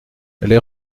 les